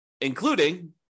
including